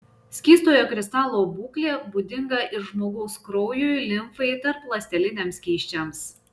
skystojo kristalo būklė būdinga ir žmogaus kraujui limfai tarpląsteliniams skysčiams